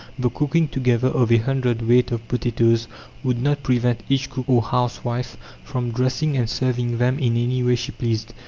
the cooking together of a hundredweight of potatoes would not prevent each cook or housewife from dressing and serving them in any way she pleased.